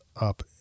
up